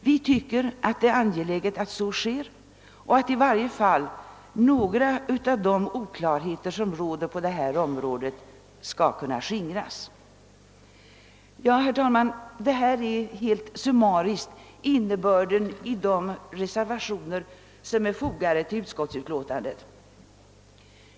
Vi tycker det är angeläget att så sker och att i varje fall några av de oklarheter som råder på detta område skingras. Herr talman! Detta är helt summariskt innebörden i de reservationer som är fogade till utskottsutlåtandet.